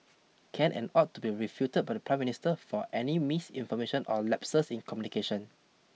can and ought to be refuted by the Prime Minister for any misinformation or lapses in communication